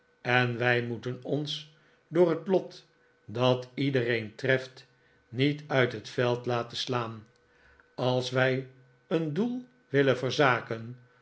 en wij moeten ons door het lot dat iedereen treft niet uit het veld laten slaan als wij een doel wilden verzaken